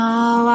Now